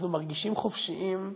אנחנו מרגישים חופשיים,